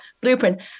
blueprint